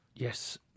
Yes